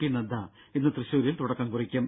P Nadda ഇന്ന് തൃശൂരിൽ തുടക്കം കുറിക്കും